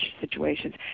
situations